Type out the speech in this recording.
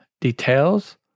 details